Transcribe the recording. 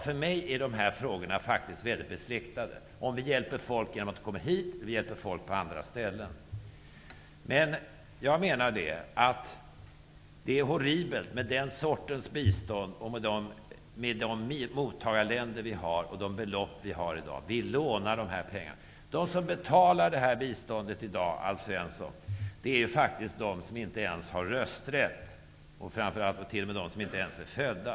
För mig är dessa frågor -- flykting och biståndsfrågor -- faktiskt nära besläktade, alltså om vi hjälper folk genom att låta dem komma hit eller om vi hjälper dem på andra ställen. Det är horribelt med den sortens bistånd och med de mottagarländer som vi har och med de belopp som vi betalar ut. Vi lånar de pengarna. De som betalar biståndet i dag, Alf Svensson, är faktiskt de som inte ens har rösträtt och t.o.m. de som ännu inte är födda.